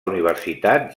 universitat